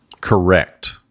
correct